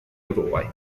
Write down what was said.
uruguay